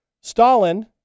Stalin